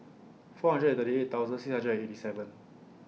four hundred and thirty eight thousand six hundred and eighty seven